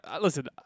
Listen